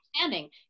understanding